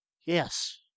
Yes